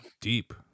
deep